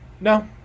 No